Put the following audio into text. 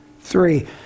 Three